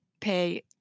pay